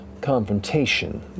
confrontation